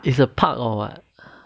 it's a part of what